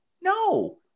No